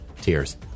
tears